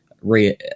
re